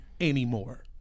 anymore